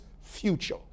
future